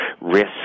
risk